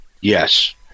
Yes